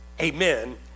Amen